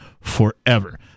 forever